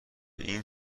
این